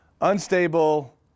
unstable